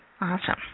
Awesome